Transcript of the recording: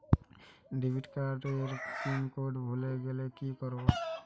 Debit card এর pin code ভুলে গেলে কি করব?